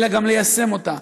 אלא גם ליישם אותה,